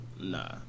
nah